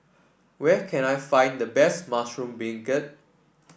where can I find the best Mushroom Beancurd